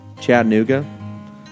Chattanooga